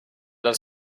nad